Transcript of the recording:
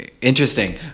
Interesting